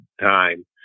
time